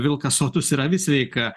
vilkas sotus ir avis sveika